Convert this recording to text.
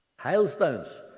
hailstones